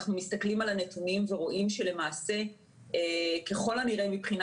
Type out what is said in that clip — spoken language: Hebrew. אנחנו מסתכלים על הנתונים ורואים שלמעשה ככל הנראה מבחינה